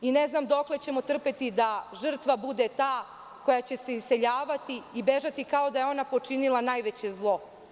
Ne znam dokle ćemo trpeti da žrtva bude ta koja će se iseljavati i bežati kao da je ona počinila najveće zlo.